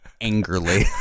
angrily